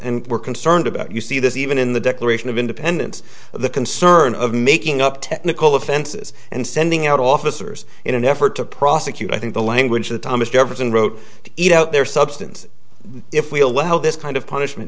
and were concerned about you see this even in the declaration of independence the concern of making up technical offenses and sending out officers in an effort to prosecute i think the language of thomas jefferson wrote to eat out their substance if we allow this kind of punishment